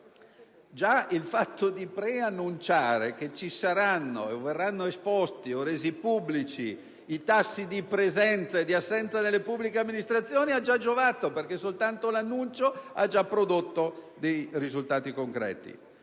il solo preannunciare che ci saranno e verranno esposti e resi pubblici i tassi di presenza o di assenza nelle pubbliche amministrazioni ha già giovato: soltanto l'annuncio ha già prodotto risultati concreti.